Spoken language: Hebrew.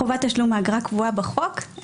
חובת תשלום האגרה הקבועה בחוק,